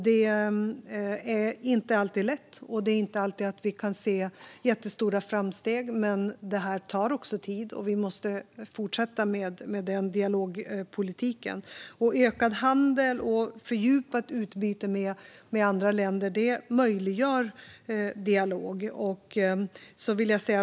Det är inte alltid lätt, och det är inte alltid vi kan se jättestora framsteg. Detta tar tid, och vi måste fortsätta med dialogpolitiken. Ökad handel och fördjupat utbyte med andra länder möjliggör dialog.